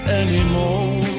anymore